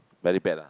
very bad lah